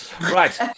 Right